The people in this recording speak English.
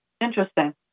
Interesting